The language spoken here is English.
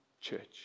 church